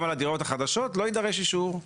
גם על הדירות החדשות לא יידרש אישור.